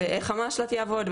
כמו איך המשל"ט יעבוד,